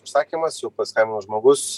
užsakymas jau paskambino žmogus